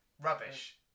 rubbish